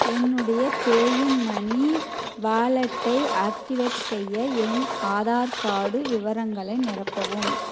என்னுடைய PayU Money வாலெட்டை activate செய்ய என் ஆதார் கார்டு விவரங்களை நிரப்பவும்